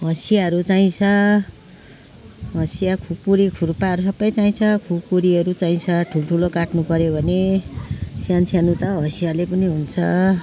हँसियाहरू चाहिन्छ हँसिया खुकुरी खुर्पाहरू सबै चाहिन्छ खुकुरीहरू चाहिन्छ ठुल्ठुलो काट्नुपर्यो भने सान सानो त हँसियाले पनि हुन्छ